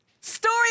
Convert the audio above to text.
Story